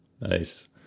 Nice